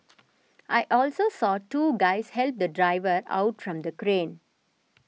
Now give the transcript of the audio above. I also saw two guys help the driver out from the crane